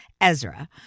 Ezra